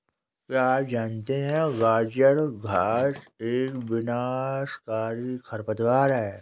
क्या आप जानते है गाजर घास एक विनाशकारी खरपतवार है?